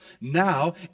Now